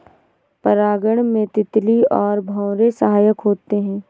परागण में तितली और भौरे सहायक होते है